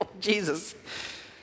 Jesus